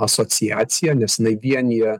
asociacija nes inai vienija